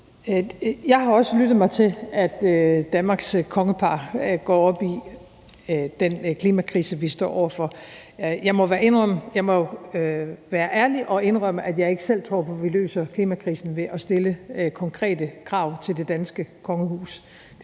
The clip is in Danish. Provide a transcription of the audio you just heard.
Jeg har også lyttet mig til, at Danmarks kongepar går op i den klimakrise, vi står over for. Jeg må jo være ærlig og indrømme, at jeg ikke selv tror på, at vi løser klimakrisen ved at stille konkrete krav til det danske kongehus.